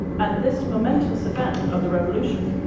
and this momentous event of the revolution,